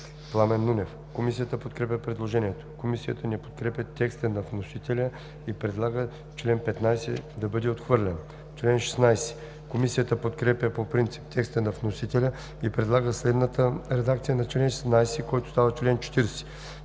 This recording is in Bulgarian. Пламен Нунев. Комисията подкрепя предложението. Комисията не подкрепя текста на вносителя и предлага чл. 15 да бъде отхвърлен. Комисията подкрепя по принцип текста на вносителя и предлага следната редакция на чл. 16, който става чл. 40: